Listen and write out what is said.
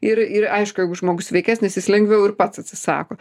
ir ir aišku jeigu žmogus sveikesnis jis lengviau ir pats atsisako